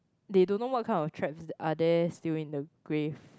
they don't know what kind of traps are there still in the grave